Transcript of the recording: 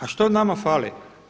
A što nama fali?